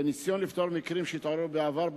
בניסיון לפתור מקרים שהתעוררו בעבר,